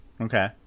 Okay